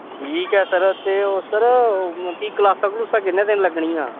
ठीक ऐ सर ते ओह् सर मिकी क्लासां क्लूसां किन्ने दिन लग्गनियां